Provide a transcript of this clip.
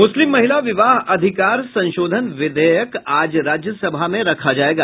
Muslim महिला विवाह अधिकार संशोधन विधेयक आज राज्यसभा में रखा जाएगा